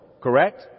Correct